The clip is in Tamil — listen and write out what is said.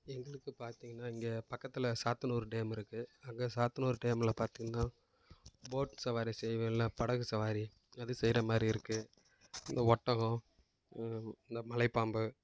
எங்களுக்கு பார்த்தீங்கனா இங்கே பக்கத்தில் சாத்தனூர் டேம் இருக்குது அங்கே சாத்தனூர் டேமில் பார்த்தீங்கனா போட் சவாரி சேவைகளெலாம் படகு சவாரி அது செய்யிற மாதிரி இருக்குது இந்த ஒட்டகம் இந்த மலைப்பாம்பு